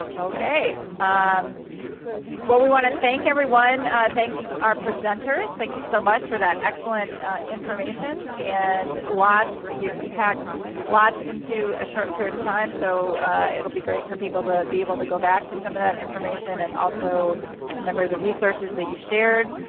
ok um what we want to thank everyone thank our presenters thank you so much for that excellent information and lots you you packed lots into a short period of time so it'll be great for people to be able to go back to some of that information and also a number of the resources that you shared